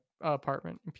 apartment